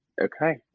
Okay